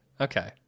Okay